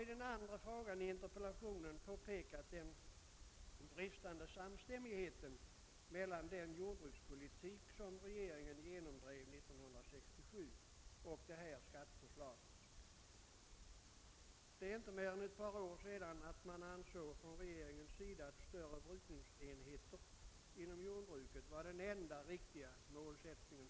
I den andra frågan i interpellationen har jag pekat på den bristande samstämmigheten mellan den jordbrukspolitik som regeringen genomdrev 1967 och det skatteförslag som har framlagts. För endast ett par år sedan ansåg regeringen att större brukningsenheter inom jordbruket var den enda riktiga målsättningen.